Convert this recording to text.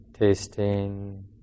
tasting